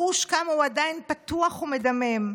לחוש כמה הוא עדיין פתוח ומדמם.